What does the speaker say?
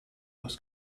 was